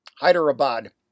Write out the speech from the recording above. Hyderabad